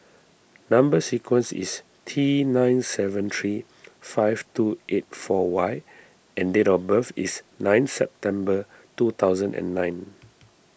Number Sequence is T nine seven three five two eight four Y and date of birth is nine September two thousand and nine